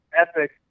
epic